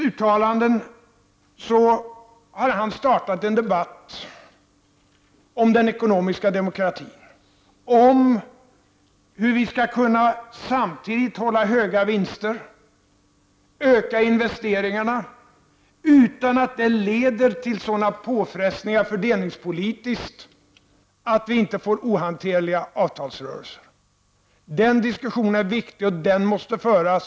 Rune Molin har startat en debatt om den ekonomiska demokratin och hur vi samtidigt skall kunna upprätthålla höga vinster och öka investeringarna utan att det leder till fördelningspolitiska påfrestningar och ohanterliga avtalsrörelser. Den diskussionen är viktig, och den måste föras.